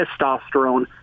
testosterone